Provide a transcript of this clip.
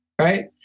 right